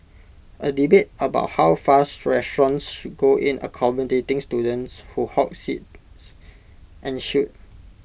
A debate about how far restaurants should go in accommodating students who hog seats ensued